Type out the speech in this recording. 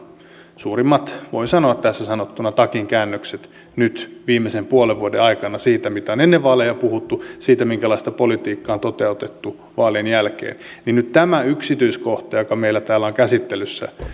suurimmat voin sanoa tässä sanottuna takinkäännökset nyt viimeisen puolen vuoden aikana siitä mitä on ennen vaaleja puhuttu siihen minkälaista politiikkaa on toteutettu vaalien jälkeen niin nyt tämä yksityiskohta joka meillä täällä on käsittelyssä